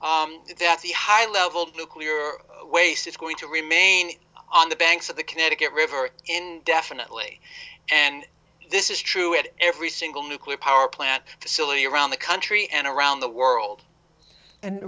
is that the high level nuclear waste is going to remain on the banks of the connecticut river indefinitely and this is true at every single nuclear power plant facility around the country and around the world and